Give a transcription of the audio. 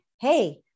hey